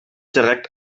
direkt